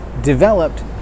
developed